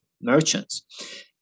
merchants